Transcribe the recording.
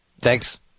Thanks